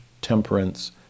temperance